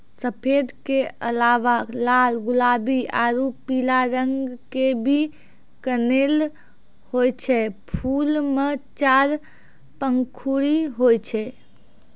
सफेद के अलावा लाल गुलाबी आरो पीला रंग के भी कनेल होय छै, फूल मॅ चार पंखुड़ी होय छै